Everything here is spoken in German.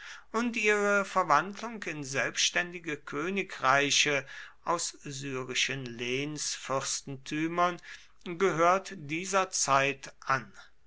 und ihre verwandlung in selbständige königreiche aus syrischen lehnsfürstentümern gehört dieser zeit an